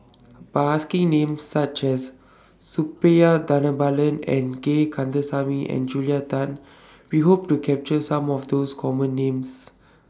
By asking Names such as Suppiah Dhanabalan Gay Kandasamy and Julia Tan We Hope to capture Some of those Common Names